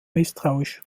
misstrauisch